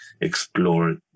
explore